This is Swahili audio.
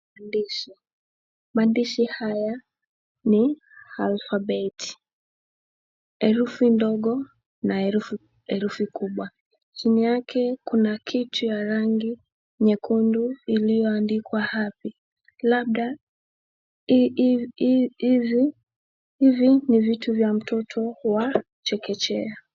Maandishi, maandishi haya ni alfabeti, herufi ndogo na herufi kubwa. Chini yake kuna kitu ya rangi nyekundu iliyoandikwa, Happy. Labda hivi ni vitu vya mtoto wa chekechea.